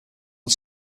one